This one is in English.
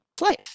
life